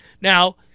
Now